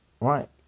Right